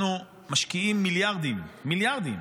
אנחנו משקיעים מיליארדים, מיליארדים,